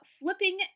flipping